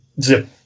zip